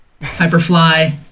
Hyperfly